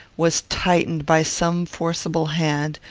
was tightened by some forcible hand,